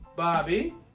Bobby